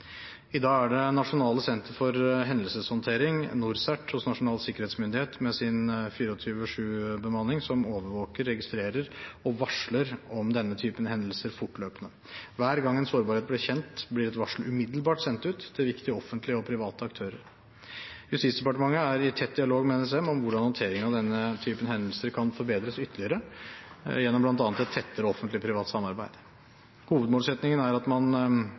I dag er det det nasjonale senteret for hendelseshåndtering, NorCERT, hos Nasjonal sikkerhetsmyndighet – med sin 24/7-bemanning – som overvåker, registrerer og varsler om denne typen hendelser fortløpende. Hver gang en sårbarhet blir kjent, blir et varsel umiddelbart sendt ut til viktige offentlige og private aktører. Justisdepartementet er i tett dialog med NSM om hvordan håndteringen av denne typen hendelser kan forbedres ytterligere gjennom bl.a. et tettere offentlig-privat samarbeid. Hovedmålsettingen er at man gjennom et tett offentlig-privat samarbeid skal sikre at man